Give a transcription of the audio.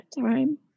time